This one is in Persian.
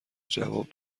جواب